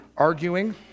arguing